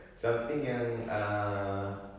something yang err